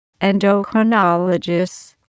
endocrinologists